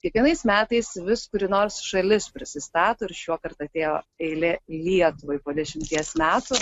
kiekvienais metais vis kuri nors šalis prisistato ir šiuokart atėjo eilė lietuvai po dešimties metų